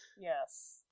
Yes